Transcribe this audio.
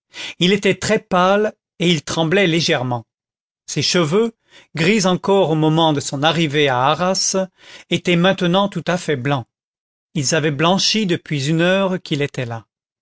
il était très pâle et il tremblait légèrement ses cheveux gris encore au moment de son arrivée à arras étaient maintenant tout à fait blancs ils avaient blanchi depuis une heure qu'il était là